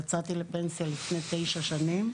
יצאתי לפנסיה לפני תשע שנים.